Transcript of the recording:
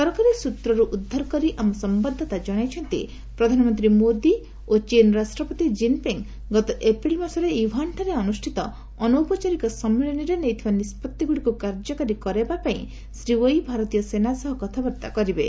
ସରକାରୀ ସ୍ୱତ୍ରରୁ ଉଦ୍ଧାର କରି ଆମ ସମ୍ଭାଦଦାତା ଜଣାଇଛନ୍ତି ପ୍ରଧାନମନ୍ତ୍ରୀ ମୋଦି ଓ ଚୀନ୍ ରାଷ୍ଟ୍ରପତି ଜିନ୍ପିଙ୍ଗ ଗତ ଏପ୍ରିଲ ମାସରେ ୟୁହାନଠାରେ ଅନୁଷ୍ଠିତ ଅନୌପଚାରିକ ସମ୍ମିଳନୀରେ ନେଇଥିବା ନିଷ୍କଭିଗୁଡ଼ିକୁ କାର୍ଯ୍ୟକାରୀ କରାଇବା ପାଇଁ ଶ୍ରୀ ୱେଇ ଭାରତୀୟ ସେନାସହ କଥାବର୍ତ୍ତା କରିବେ